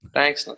Thanks